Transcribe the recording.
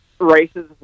races